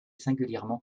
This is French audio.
singulièrement